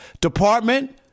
department